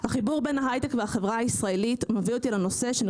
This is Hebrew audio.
החיבור בין ההיי-טק והחברה הישראלית מביא אותי לנושא שאני